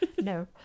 No